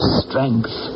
strength